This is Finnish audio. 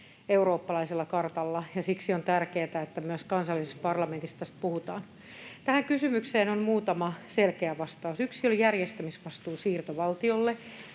eurooppalaisella kartalla, ja siksi on tärkeätä, että myös kansallisessa parlamentissa tästä puhutaan. Tähän kysymykseen on muutama selkeä vastaus. Yksi on järjestämisvastuun siirto valtiolle.